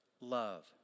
love